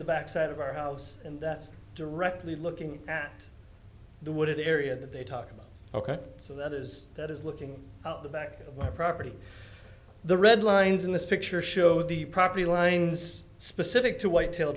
the back side of our house and that's directly looking at the wooded area that they talk about ok so the others that is looking out the back of my property the red lines in this picture show the property lines specific to whitetail